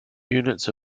units